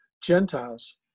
Gentiles